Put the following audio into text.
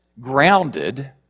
grounded